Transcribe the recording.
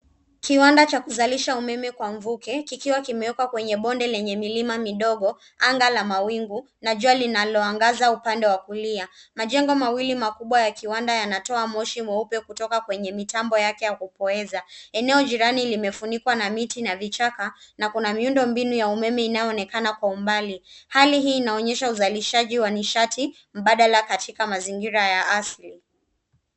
Kiwanda cha kuzalisha umeme kwa mvuke kikiwa kimewekwa kwenye bonde lenye milima midogo, anga la mawingu na jua linalo angaza upande wa kulia. Majengo mawili makubwa ya kiwanda yanatoa moshi mweupe kutoka kwenye mitambo yake yakupoeza. Eneo jirani limefunikwa na miti na vichaka na kuna miundombinu ya umeme inayoonekana kwa umbali. Hali hii inaonyesha uzalishaji wa nishati mbadala katika mazingira ya asili.